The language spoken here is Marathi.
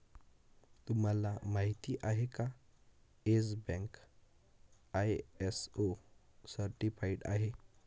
तुम्हाला माहिती आहे का, येस बँक आय.एस.ओ सर्टिफाइड आहे